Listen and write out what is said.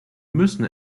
müssen